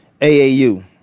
AAU